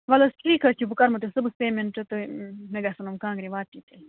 وَلہٕ حظ ٹھیٖک حظ چھُ بہٕ کرہو تیٚلہِ صُبحس پیٚمٮ۪نٛٹہٕ تہٕ مےٚ گَژھن یِم کانٛگرِ واتنہِ تیٚلہِ